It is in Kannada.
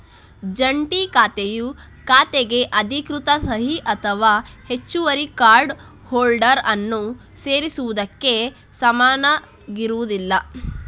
ಜಂಟಿ ಖಾತೆಯು ಖಾತೆಗೆ ಅಧಿಕೃತ ಸಹಿ ಅಥವಾ ಹೆಚ್ಚುವರಿ ಕಾರ್ಡ್ ಹೋಲ್ಡರ್ ಅನ್ನು ಸೇರಿಸುವುದಕ್ಕೆ ಸಮನಾಗಿರುವುದಿಲ್ಲ